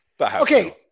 Okay